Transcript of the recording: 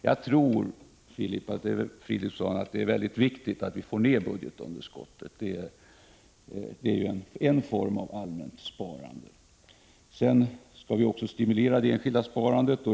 Jag tror, Filip Fridolfsson, att det är mycket viktigt att vi får ned budgetunderskottet. Det är en form av allmänt sparande. Vi skall också stimulera det enskilda sparandet.